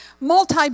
multi